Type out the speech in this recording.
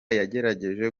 yagerageje